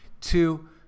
Two